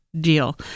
deal